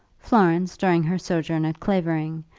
florence, during her sojourn at clavering,